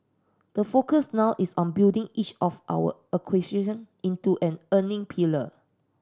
the focus now is on building each of our acquisition into an earning pillar